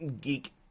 geek